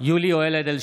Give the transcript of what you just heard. (קורא בשמות חברי הכנסת) יולי יואל אדלשטיין,